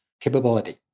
capability